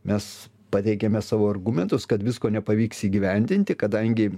mes pateikėme savo argumentus kad visko nepavyks įgyvendinti kadangi